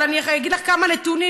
אבל אני אגיד לך כמה נתונים,